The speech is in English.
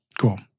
Cool